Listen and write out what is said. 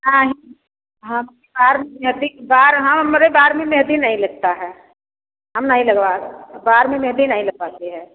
नहीं हमारे बार में मेहंदी बाल हमारे बार में मेहंदी नहीं लगती है हम नहीं लगवा बाल में मेहंदी नहीं लगवाते हैं